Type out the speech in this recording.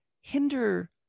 hinder